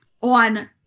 on